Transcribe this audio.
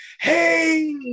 Hey